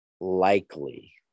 likely